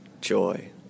joy